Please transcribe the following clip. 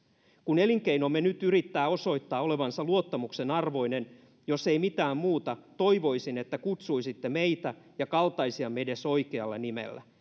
kun elinkeinomme nyt yrittää osoittaa olevansa luottamuksen arvoinen niin jos ei mitään muuta toivoisin että kutsuisitte meitä ja kaltaisiamme edes oikealla nimellä